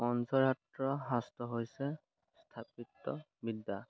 পঞ্চৰাত্ৰ শাস্ত্ৰ হৈছে স্থাপত্যবিদ্যা